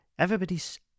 Everybody's